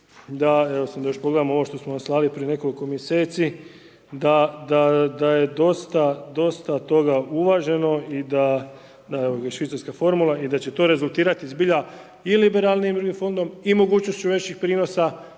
da, evo samo još da pogledam ovo što smo slali prije nekoliko mjeseci da je dosta toga uvaženo i da, evo i švicarska formula, i da će to rezultirati zbilja i liberalnijim drugim fondom i mogućnošću većih prinosa